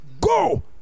go